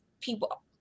people